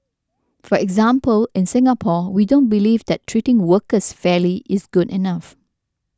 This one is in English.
for example in Singapore we don't believe that treating workers fairly is good enough